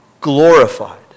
glorified